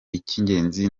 icy’ingenzi